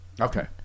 Okay